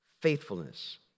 faithfulness